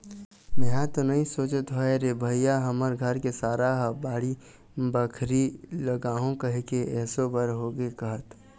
मेंहा तो नइ सोचत हव रे भइया हमर घर के सारा ह बाड़ी बखरी लगाहूँ कहिके एसो भर होगे कहत